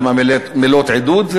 כמה מילות עידוד,